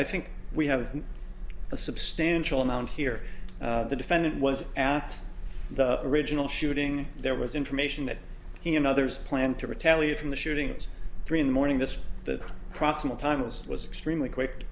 i think we have a substantial amount here the defendant was at the original shooting there was information that he and others planned to retaliate from the shootings three in the morning this the approximate time this was extremely quick